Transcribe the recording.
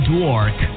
Dwarf